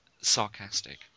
sarcastic